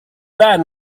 man